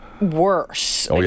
worse